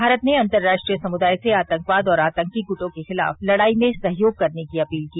भारत ने अंतर्राष्ट्रीय समुदाय से आतंकवाद और आतंकी गुटों के खिलाफ लड़ाई में सहयोग करने की अपील की